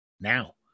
now